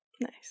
Nice